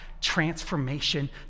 transformation